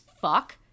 fuck